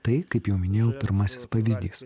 tai kaip jau minėjau pirmasis pavyzdys